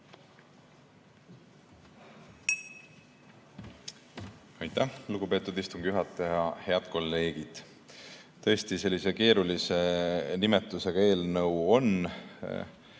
Aitäh, lugupeetud istungi juhataja! Head kolleegid! Tõesti, sellise keerulise nimetusega eelnõu on.